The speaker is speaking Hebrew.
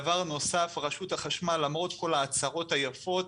דבר נוסף, רשות החשמל, למרות כל ההצהרות היפות,